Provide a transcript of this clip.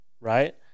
right